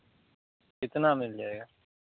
कितना मिल जाएगा